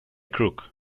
crook